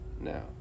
now